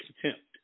contempt